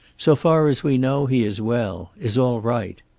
so far as we know, he is well. is all right.